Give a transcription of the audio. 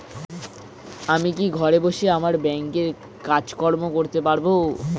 আমি কি ঘরে বসে আমার ব্যাংকের কাজকর্ম করতে পারব?